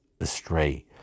astray